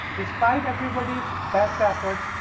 despite everybody's best efforts,